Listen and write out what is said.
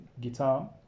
guitar